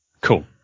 Cool